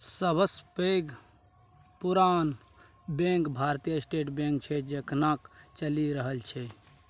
सबसँ पैघ आ पुरान बैंक भारतीय स्टेट बैंक छै जे एखनहुँ चलि रहल छै